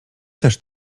też